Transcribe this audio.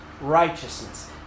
righteousness